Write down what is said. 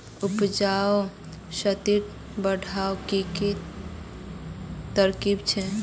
उपजाऊ शक्ति बढ़वार की की तरकीब छे?